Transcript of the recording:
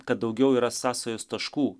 kad daugiau yra sąsajos taškų